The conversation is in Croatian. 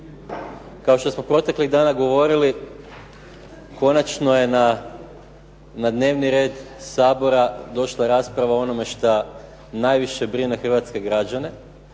Kao što smo proteklih dana govorili konačno je na dnevni red Sabora došla rasprava o onome što najviše brine hrvatske građane